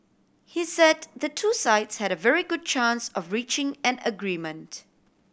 he said the two sides had a very good chance of reaching an agreement